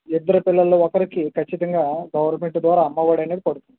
ఇద్దరు పిల్లల్లో ఒకరికి ఖచ్చితంగా గవర్నమెంట్ ద్వారా అమ్మఒడి అనేది పడుతుంది